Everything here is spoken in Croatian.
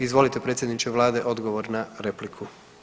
Izvolite predsjedniče Vlade odgovor na repliku.